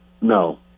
no